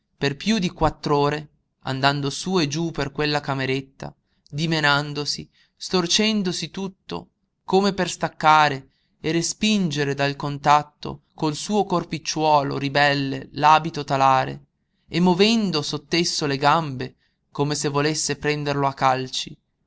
per piú di quattr'ore andando su e giú per quella cameretta dimenandosi storcendosi tutto come per staccare e respingere dal contatto col suo corpicciuolo ribelle l'abito talare e movendo sott'esso le gambe come se volesse prenderlo a calci